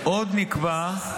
עוד נקבע,